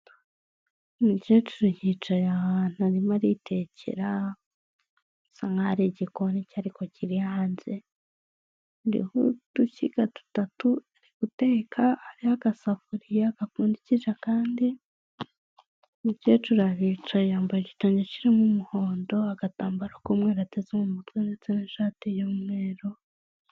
Umukecuru yicaye ahantu arimo aritekera bisa nkaho ari igikoni cye ariko kiri hanze kiriho udushyiga dutatu ari guteka agasafuriya gapfundikishije akandi, umukecuru aricaye yambaye agatenge k’umuhondo agatambaro k'umweru ateze mu mutwe ndetse n’ishati y'umweru.